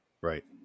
right